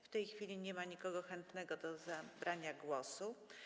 W tej chwili nie ma nikogo chętnego do zabrania głosu.